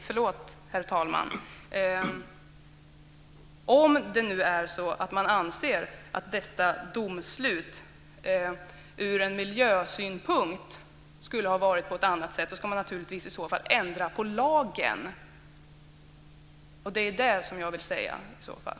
Herr talman! Förlåt. Om man nu anser att detta domslut sett från miljösynpunkt skulle ha varit på ett annat sätt ska man naturligtvis ändra på lagen. Det är det som jag vill ha sagt.